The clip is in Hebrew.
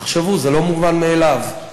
תחשבו, זה לא מובן מאליו.